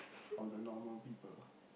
or the normal people